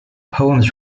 poems